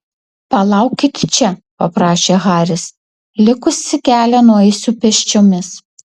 palaukit čia paprašė haris likusį kelią nueisiu pėsčiomis